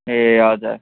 ए हजुर